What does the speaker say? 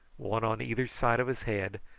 one on either side of his head,